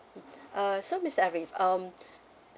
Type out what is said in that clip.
mm uh so mister arif um